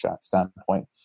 standpoint